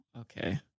okay